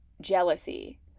jealousy